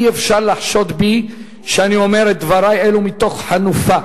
אי-אפשר לחשוד בי שאני אומר את דברי אלו מתוך חנופה,